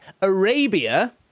Arabia